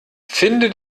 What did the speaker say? finde